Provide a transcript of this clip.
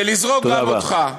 ולזרוק גם אותך.